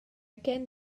gen